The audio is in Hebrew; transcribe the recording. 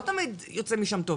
לא תמיד יוצא משם טוב.